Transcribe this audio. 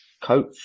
coach